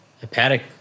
hepatic